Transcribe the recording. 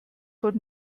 von